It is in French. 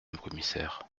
commissaire